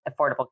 Affordable